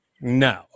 No